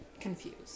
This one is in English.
confused